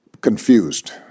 confused